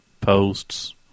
posts